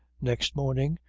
next morning,